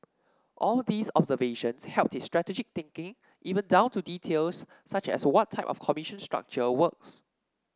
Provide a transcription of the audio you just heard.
all these observations helped his strategic thinking even down to details such as what type of commission structure works